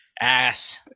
Ass